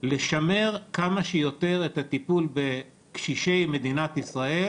לשמר כמה שיותר את הטיפול בקשישי מדינת ישראל